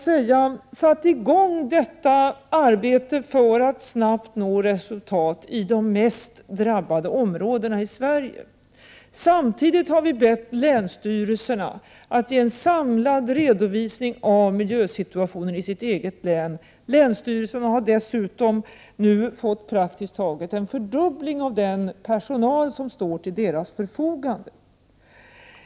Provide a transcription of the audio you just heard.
Vi har satt i gång detta arbete för att snabbt nå resultat i de mest drabbade områdena i Sverige. Vi har samtidigt bett länsstyrelserna att ge en samlad redovisning av miljösituationen i deras resp. län. Dessutom har länsstyrelserna nu fått en praktiskt taget dubbelt så stor personalstyrka till sitt förfogande.